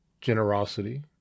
generosity